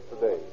today